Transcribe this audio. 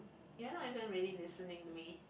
you're not even really listening to me